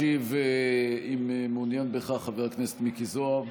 ישיב, אם מעוניין בכך, חבר הכנסת מיקי זוהר.